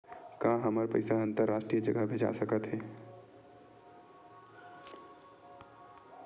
का हमर पईसा अंतरराष्ट्रीय जगह भेजा सकत हे?